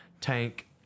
tank